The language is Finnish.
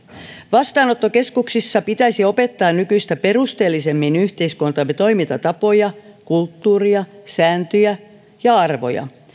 vastaanottokeskuksissa pitäisi opettaa nykyistä perusteellisemmin yhteiskuntamme toimintatapoja kulttuuria sääntöjä ja arvoja